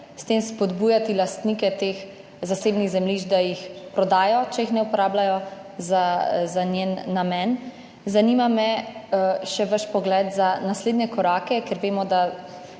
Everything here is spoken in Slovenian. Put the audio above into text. s tem spodbujati lastnike teh zasebnih zemljišč, da jih prodajo, če jih ne uporabljajo za njihov namen. Zanima me še vaš pogled na naslednje korake, ker vemo, da